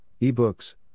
ebooks